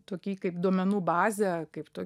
tokį kaip duomenų bazę kaip to